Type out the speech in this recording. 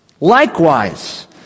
likewise